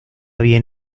bien